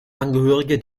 angehörige